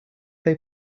they